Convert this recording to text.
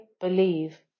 believe